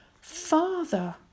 Father